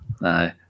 No